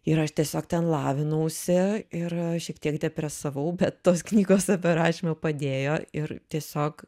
ir aš tiesiog ten lavinausi ir šiek tiek depresavau bet tos knygos apie rašymą padėjo ir tiesiog